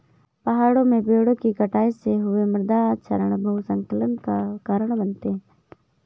पहाड़ों में पेड़ों कि कटाई से हुए मृदा क्षरण भूस्खलन का कारण बनते हैं